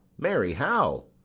marry, how?